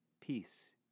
Peace